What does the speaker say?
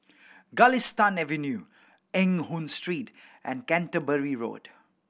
Galistan Avenue Eng Hoon Street and Canterbury Road